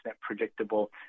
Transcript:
predictable